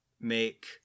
make